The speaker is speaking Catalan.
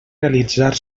realitzar